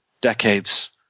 decades